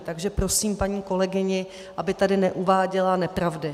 Takže prosím paní kolegyni, aby tady neuváděla nepravdy.